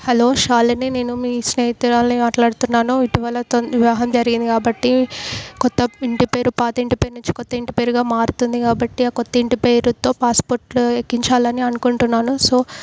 hello Shalini నేను మీ స్నేహితురాలిని మాట్లాడుతున్నాను ఇటీవల త వివాహం జరిగింది కాబట్టి కొత్త ఇంటి పేరు పాత ఇంటి పేరు నుంచి కొత్త ఇంటి పేరుగా మారుతుంది కాబట్టి ఆ కొత్త ఇంటి పేరుతో పాస్పోర్ట్లో ఎక్కించాలని అనుకుంటున్నాను సో